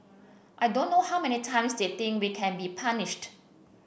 I don't know how many times they think we can be punished